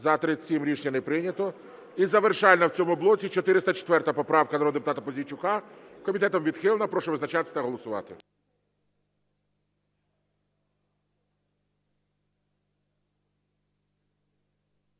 За-37 Рішення не прийнято. І завершальна в цьому блоці 404 поправка народного депутата Пузійчука. Комітетом відхилена. Прошу визначатись та голосувати.